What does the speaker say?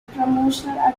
promotional